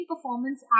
performance